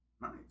Nice